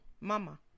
Mama